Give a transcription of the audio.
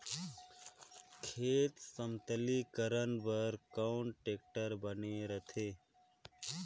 खेत समतलीकरण बर कौन टेक्टर बने रथे?